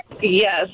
Yes